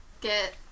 get